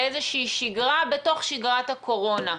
לאיזושהי שגרה בתוך שגרת הקורונה.